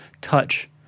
touch